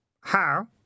How